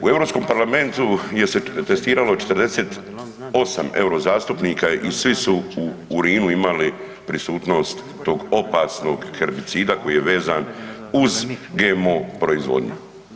U Europskom parlamentu gdje se testiralo 48 euro zastupnika i svi su urinu imali prisutnost tog opasnog herbicida koji je vezan uz GMO proizvodnju.